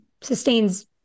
sustains